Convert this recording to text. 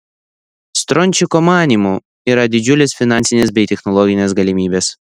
strončiko manymu yra didžiulės finansinės bei technologinės galimybės